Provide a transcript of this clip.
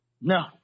No